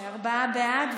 ההצעה להעביר את